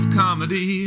comedy